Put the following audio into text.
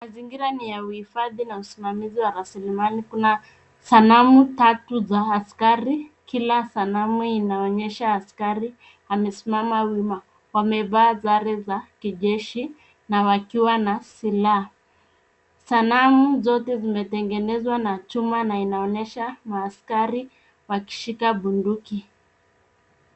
Mazingira ni ya uhifadhi na usimamizi wa raslimali kuna sanamu tatu za askari. Kila sanamu inaonyesha askari amesimama wima wamevaa sare za kijeshi na wakiwa na silaha. Sanamu zote zimetengenezwa na chuma na inaonyesha maaskari wakishika bunduki.